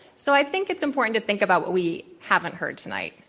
so i think it's important to think about what we haven't heard tonight.